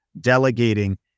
delegating